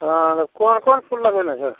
हँ तऽ कोन कोन फूल लेबै ले छै